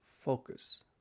focus